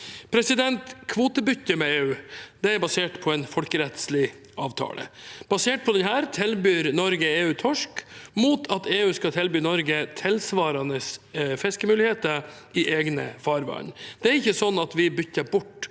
vernesonen. Kvotebyttet med EU er basert på en folkerettslig avtale. Basert på denne tilbyr Norge EU torsk mot at EU skal tilby Norge tilsvarende fiskemuligheter i egne farvann. Det er ikke slik at vi bytter bort